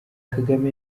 kagame